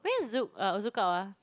when is Zouk uh Zoukout ah